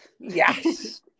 Yes